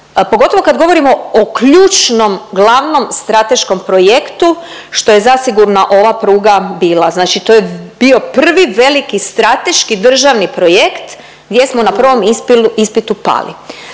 pogotovo kad govorimo o ključnom glavnom strateškom projektu što je zasigurno ova pruga bila. Znači to je bio prvi veliki strateški državni projekt gdje smo na prvom ispitu pali.